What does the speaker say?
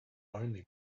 only